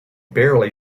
barely